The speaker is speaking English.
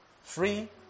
Free